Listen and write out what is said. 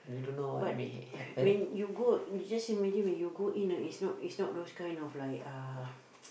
but when you go just imagine when you go in ah is not is not those kind of like uh